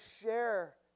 share